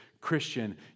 Christian